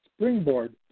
springboard